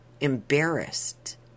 embarrassed